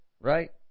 Right